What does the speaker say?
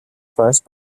first